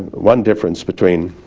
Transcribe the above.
one difference between